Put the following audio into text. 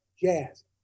jazz